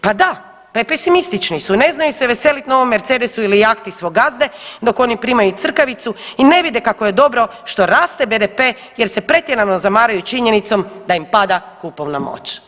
Pa da, prepesimistični su, ne znaju se veseliti novom Mercedesu ili jahti svog gazde dok oni primaju crkavicu i ne vide kako je dobro što raste BDP jer se pretjerano zamaraju činjenicom da im pada kupovna moć.